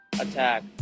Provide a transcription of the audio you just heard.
attack